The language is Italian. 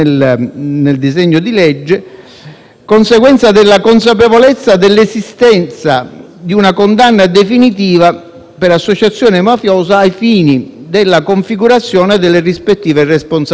conseguenza della consapevolezza dell'esistenza di una condanna definitiva per associazione mafiosa ai fini della configurazione delle rispettive responsabilità di chi compie l'accordo.